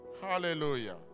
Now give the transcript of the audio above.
Hallelujah